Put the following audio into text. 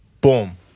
boom